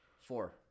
Four